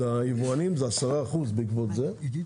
ליבואנים בעקבות זה היא 10%,